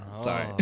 Sorry